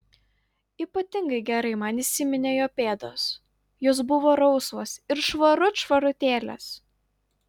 ypatingai gerai man įsiminė jo pėdos jos buvo rausvos ir švarut švarutėlės